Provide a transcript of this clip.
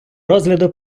розгляду